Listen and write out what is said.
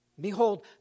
Behold